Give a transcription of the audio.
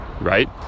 right